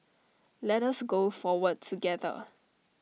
let us go forward together